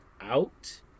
out